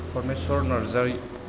Parameswar Narzary